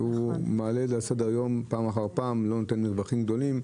והוא מעלה לסדר-היום פעם אחר פעם ולא נותן מרווחים גדולים.